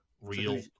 real